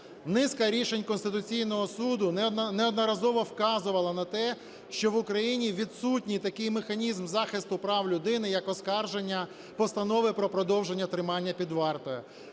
Низка рішень Конституційного Суду неодноразово вказувала на те, що в Україні відсутній такий механізм захисту прав людини як оскарження постанови про продовження тримання під вартою.